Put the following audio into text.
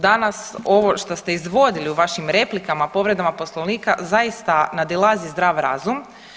Danas ovo što ste izvodili u vašim replikama, povredama Poslovnika zaista nadilazi zdrav razum.